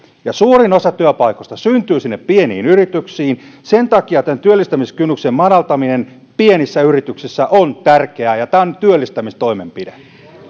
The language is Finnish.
suurin osa työpaikoista syntyy sinne pieniin yrityksiin ja sen takia työllistämiskynnyksen madaltaminen pienissä yrityksissä on tärkeää tämä on työllistämistoimenpide